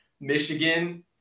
Michigan